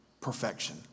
perfection